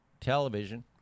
television